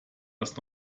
das